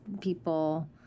people